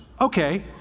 Okay